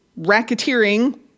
racketeering